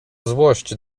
złość